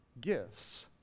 gifts